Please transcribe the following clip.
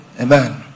Amen